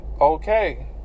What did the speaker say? okay